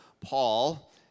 Paul